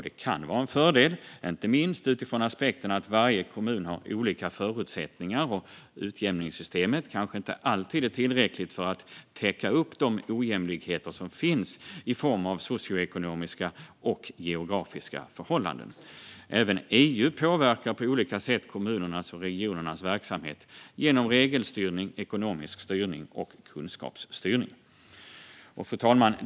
Det kan vara en fördel inte minst utifrån aspekten att varje kommun har olika förutsättningar och att utjämningssystemet inte alltid är tillräckligt för att täcka upp de ojämlikheter som finns i form av socioekonomiska och geografiska förhållanden. Även EU påverkar på olika sätt kommunernas och regionernas verksamhet genom regelstyrning, ekonomisk styrning och kunskapsstyrning. Fru talman!